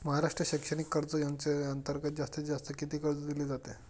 महाराष्ट्र शैक्षणिक कर्ज योजनेअंतर्गत जास्तीत जास्त किती कर्ज दिले जाते?